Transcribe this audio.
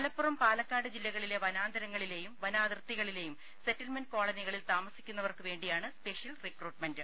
മലപ്പുറം പാലക്കാട് ജില്ലകളിലെ വനാന്തരങ്ങളിലെയും വനാതിർത്തികളിലെയും സെറ്റിൽമെന്റ് കോളനികളിൽ താമസിക്കുന്നവർക്ക് വേണ്ടിയാണ് സ്പെഷ്യൽ റിക്രൂട്ട്മെന്റ്